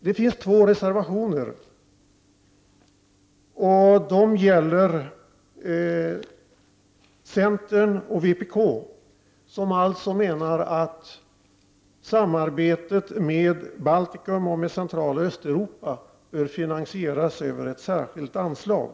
Det finns två reservationer fogade till betänkandet avgivna av centerpartiet resp. vpk, i vilka man menar att samarbetet med Baltikum och med Centraloch Östeuropa bör finansie = Prot. 1989/90:101 ras över ett särskilt anslag.